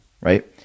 right